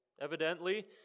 evidently